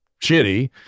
shitty